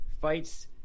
fights